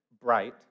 bright